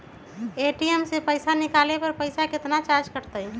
ATM से पईसा निकाले पर पईसा केतना चार्ज कटतई?